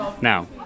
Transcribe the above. Now